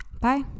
Bye